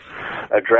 Address